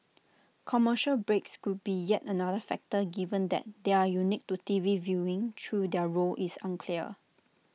commercial breaks could be yet another factor given that they are unique to T V viewing though their role is unclear